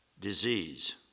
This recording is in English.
disease